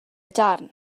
darn